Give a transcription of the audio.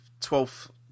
Twelfth